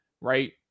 right